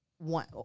One